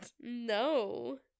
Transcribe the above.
no